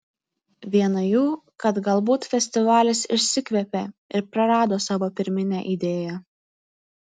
viena jų kad galbūt festivalis išsikvėpė ir prarado savo pirminę idėją